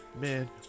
man